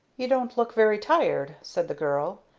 you don't look very tired, said the girl.